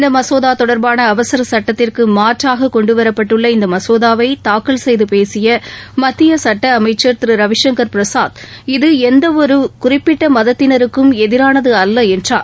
இந்த மசோதா தொடா்பான அவசரச் சுட்டத்திற்கு மாற்றாக கொண்டுவரப்பட்டுள்ள இந்த மசோதாவை தாக்கல் செய்து பேசிய மத்திய சட்ட அமைச்சா திரு ரவிசங்கா் பிரசாத் இது எந்த ஒரு குறிப்பிட்ட மதத்தினருக்கும் எதிரானது அல்ல என்றார்